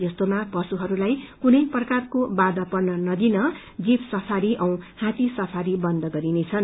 यस्तोमा पशुइरूलाई कुनै प्रकारका बाथा पर्न नदिन जीप सफारी औ हायी सफारी बन्द गरिनेछन्